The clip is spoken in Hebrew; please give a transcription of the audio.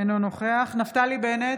אינו נוכח נפתלי בנט,